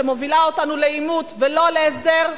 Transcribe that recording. שמובילה אותנו לעימות ולא להסדר,